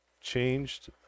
changed